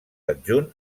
adjunt